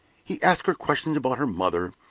he asked her questions about her mother,